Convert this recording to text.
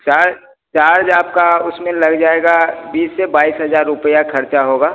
charge charge आपका उसमें लग जाएगा बीस से बाइस हज़ार रुपया ख़र्चा होगा